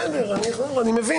בסדר, אני מבין.